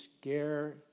scare